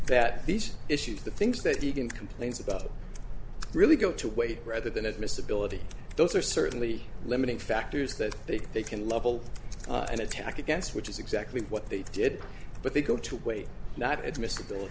that these issues the things that you can complains about really go to weight rather than admissibility those are certainly limiting factors that they think they can level an attack against which is exactly what they did but they go to way not admissible